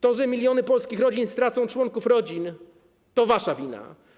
To, że miliony polskich rodzin stracą członków rodzin, to wasza wina.